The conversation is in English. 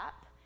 up